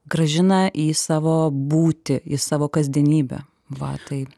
grąžina į savo būtį į savo kasdienybę va taip